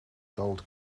gold